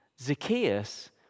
Zacchaeus